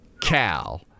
Cal